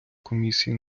комісії